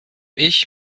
ich